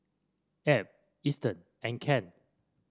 Ab Easton and Kent